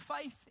Faith